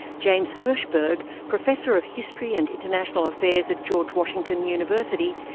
james hershberg, professor of history and international affairs at george washington university,